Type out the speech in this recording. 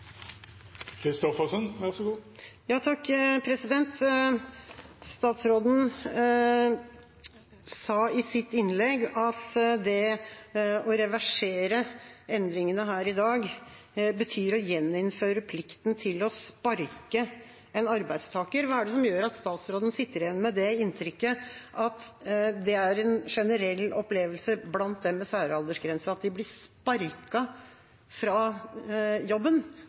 Statsråden sa i sitt innlegg at det å reversere endringene her i dag betyr å gjeninnføre plikten til å sparke en arbeidstaker. Hva er det som gjør at statsråden sitter igjen med det inntrykket at det er en generell opplevelse blant dem med særaldersgrense at de blir sparket fra jobben?